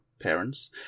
parents